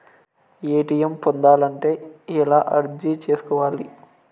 ATM పొందాలంటే ఎలా అర్జీ సేసుకోవాలి?